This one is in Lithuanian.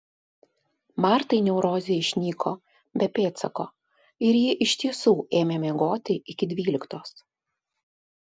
martai neurozė išnyko be pėdsako ir ji iš tiesų ėmė miegoti iki dvyliktos